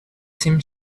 seem